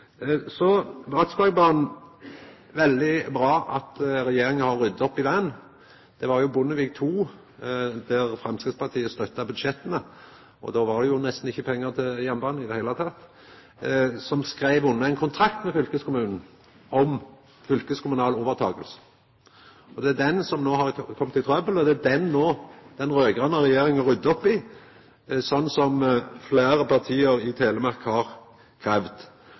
Så til Bratsbergbanen. Det er veldig bra at regjeringa har rydda opp i høve til den. Det var jo Bondevik II, der Framstegspartiet støtta budsjetta – og då var det jo nesten ikkje pengar til jernbane i det heile – som skreiv under ein kontrakt med fylkeskommunen om fylkeskommunal overtaking. Det er der ein no har kome i trøbbel, og det er det den raud-grøne regjeringa no ryddar opp i, slik fleire parti i Telemark har